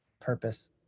purpose